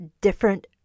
different